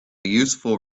useful